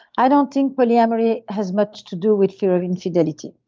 i don't think polyamory has much to do with fear of infidelity.